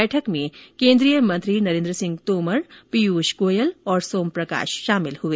बैठक में केन्द्रीय मंत्री नरेन्द्र सिंह तोमर पीयूष गोयल और सोम प्रकाश शामिल हुए